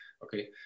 Okay